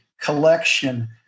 collection